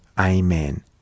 Amen